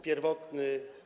Pierwotny.